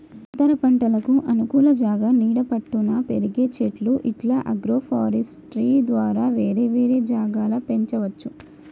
అంతరపంటలకు అనుకూల జాగా నీడ పట్టున పెరిగే చెట్లు ఇట్లా అగ్రోఫారెస్ట్య్ ద్వారా వేరే వేరే జాగల పెంచవచ్చు